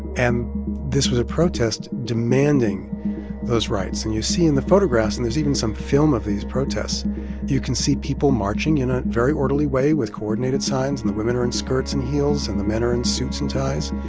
and this was a protest demanding those rights. and you see in the photographs and there's even some film of these protests you can see people marching in a very orderly way with coordinated signs. and the women are in skirts and heels, and the men are in suits and ties.